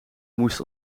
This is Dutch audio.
moest